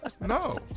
No